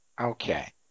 Okay